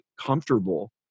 comfortable